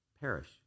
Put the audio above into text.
Perish